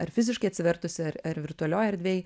ar fiziškai atsivertusi ar ar virtualioj erdvėj